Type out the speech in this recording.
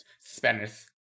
Spanish